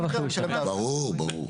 ברור, ברור.